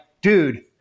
dude